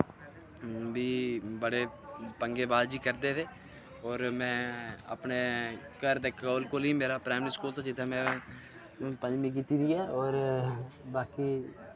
ओर बी बड़े पंगे बाजी करदे हे ओर में अपने घर दे कोल कोल ही मेरा प्राईमरी स्कूल था जित्थै में पंजमी कीती दी और बाकी